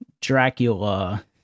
Dracula